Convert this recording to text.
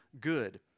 good